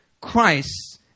Christ